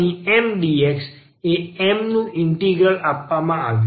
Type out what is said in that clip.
તેથી અહીં Mdx એ M નું ઇન્ટિગ્રલ આપવામાં આવ્યું છે